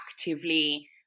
actively